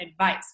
advice